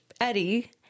Eddie